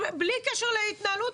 בלי קשר להתנהלות,